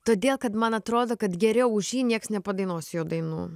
todėl kad man atrodo kad geriau už jį nieks nepadainuos jo dainų